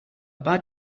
bad